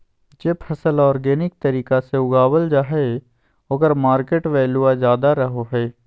जे फसल ऑर्गेनिक तरीका से उगावल जा हइ ओकर मार्केट वैल्यूआ ज्यादा रहो हइ